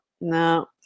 no